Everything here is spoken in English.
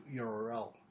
URL